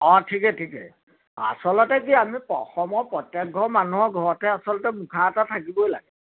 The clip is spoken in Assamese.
অঁ ঠিকে ঠিকেই আচলতে কি আমি অসমৰ প্ৰত্যেক ঘৰ মানুহৰ ঘৰতেই আচলতে মুখা এটা থাকিবই লাগে